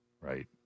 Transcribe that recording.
Right